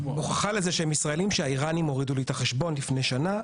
הוכחה לזה שכולם ישראלים שהאיראנים הורידו לי את החשבון לפני שנה,